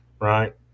right